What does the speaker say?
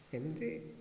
ଏମିତି